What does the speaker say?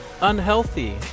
unhealthy